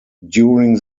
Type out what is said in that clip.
during